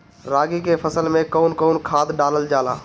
रागी के फसल मे कउन कउन खाद डालल जाला?